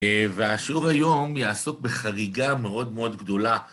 והשיעור היום יעסוק בחריגה מאוד מאוד גדולה.